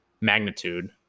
magnitude